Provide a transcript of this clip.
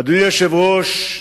אדוני היושב-ראש,